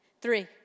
Three